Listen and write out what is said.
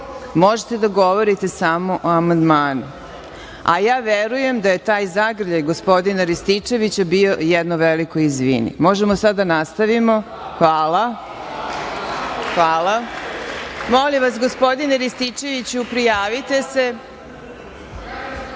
Možete samo da govorite o amandmanu, a verujem da je taj zagrljaj gospodina Rističevića bio jedno veliko izvini. Možemo sada da nastavimo, hvala. Molim vas gospodine Rističeviću, prijavite se.